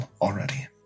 already